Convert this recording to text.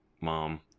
mom